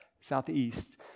southeast